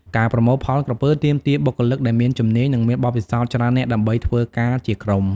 ការប្រមូលផលក្រពើទាមទារបុគ្គលិកដែលមានជំនាញ និងមានបទពិសោធន៍ច្រើននាក់ ដើម្បីធ្វើការជាក្រុម។